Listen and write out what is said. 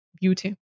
beauty